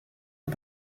une